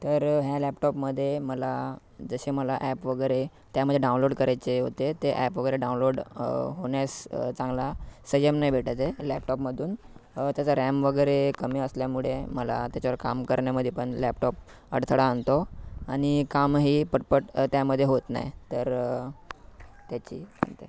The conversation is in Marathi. तर ह्या लॅपटॉपमध्ये मला जसे मला ॲप वगैरे त्यामध्ये डाउनलोड करायचे होते ते ॲप वगैरे डाउनलोड होण्यास चांगला संयम नाही भेटते लॅपटॉपमधून त्याचा रॅम वगैरे कमी असल्यामुळे मला त्याच्यावर काम करण्यामध्ये पण लॅपटॉप अडथळा आणतो आणि कामही पटपट त्यामध्ये होत नाही तर त्याची